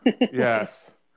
Yes